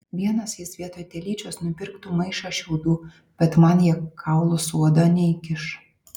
vienas jis vietoj telyčios nupirktų maišą šiaudų bet man jie kaulų su oda neįkiš